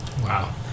Wow